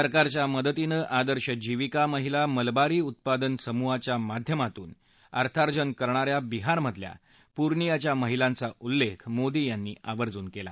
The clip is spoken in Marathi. सरकारच्या मदतीनं आदर्श जीविका महिला मलबरी उत्पादन समूहाच्या माध्यमातून अर्थार्जन करणा या बिहारमधल्या पूर्नियाच्या महिलांचा उल्लेख मोदी यांनी आवर्जून केला